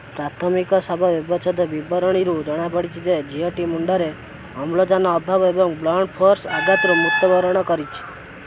ପ୍ରାଥମିକ ଶବ ବ୍ୟବଚ୍ଛେଦ ବିବରଣୀରୁ ଜଣାପଡ଼ିଛି ଯେ ଝିଅଟି ମୁଣ୍ଡରେ ଅମ୍ଳଜାନ ଅଭାବ ଏବଂ ବ୍ଲଣ୍ଟ୍ ଫୋର୍ସ୍ ଆଘାତରୁ ମୃତ୍ୟୁବରଣ କରିଛି